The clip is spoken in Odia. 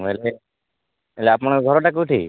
ହେଲେ ହେଲେ ଆପଣଙ୍କ ଘରଟା କେଉଁଠି